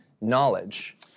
knowledge